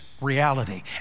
reality